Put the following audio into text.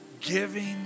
Giving